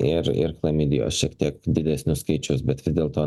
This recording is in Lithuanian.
ir ir chlamidijos šiek tiek didesnio skaičiaus bet vis dėlto